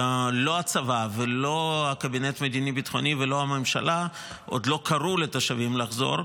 לא הצבא ולא הקבינט המדיני הביטחוני ולא הממשלה קראו לתושבים לחזור,